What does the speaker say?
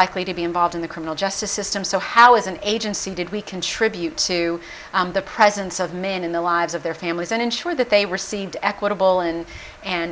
likely to be involved in the criminal justice system so how is an agency did we contribute to the presence of men in the lives of their families and ensure that they received equitable and and